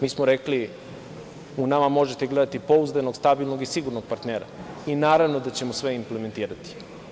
Mi smo rekli - u nama možete gledati pouzdanog, stabilnog i sigurnog partnera i naravno da ćemo sve implementirati.